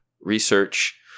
research